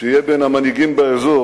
שיהיה בין המנהיגים באזור